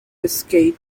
escape